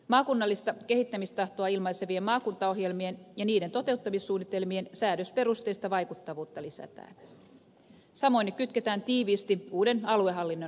maakunnallista kehittämistahtoa ilmaisevien maakuntaohjelmien ja niiden toteuttamissuunnitelmien säädösperusteista vaikuttavuutta lisätään samoin ne kytketään tiiviisti uuden aluehallinnon ohjausprosessiin